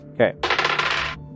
Okay